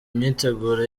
imyiteguro